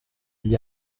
gli